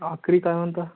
आखरी काय म्हणता